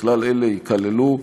בכלל אלה ייכללו,